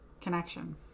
connection